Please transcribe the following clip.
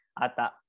ata